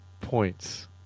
points